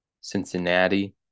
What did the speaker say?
Cincinnati